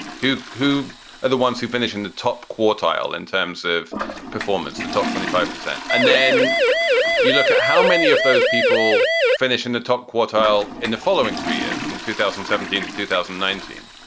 who. who are the ones who finish in the top quartile in terms of performance? the top twenty five percent. and then you look at how many of those people finish in the top quartile in the following three years from two thousand and seventeen to two thousand and nineteen.